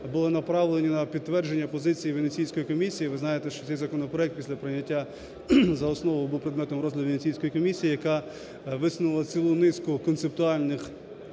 були направлені на підтвердження позиції Венеційської комісії. Ви знаєте, що цей законопроект після прийняття за основу був предметом розгляду Венеційської комісії, яка висунула цілу низку концептуальних